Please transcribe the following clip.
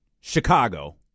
Chicago